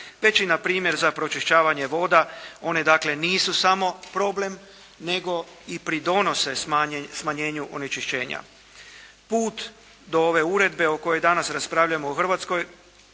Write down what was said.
već i na primjer za pročišćavanje vode. One dakle nisu samo problem nego i pridonose smanjenju onečišćenja. Put do ove uredbe o kojoj danas raspravljamo u Hrvatskoj